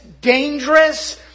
dangerous